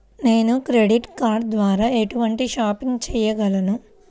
నేను credit card ద్వార ఎటువంటి షాపింగ్ చెయ్యగలను?